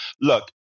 Look